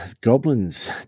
Goblins